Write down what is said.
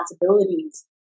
responsibilities